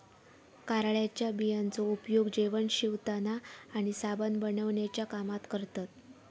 कारळ्याच्या बियांचो उपयोग जेवण शिवताना आणि साबण बनवण्याच्या कामात करतत